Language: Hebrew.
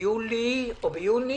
ביוני